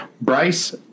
Bryce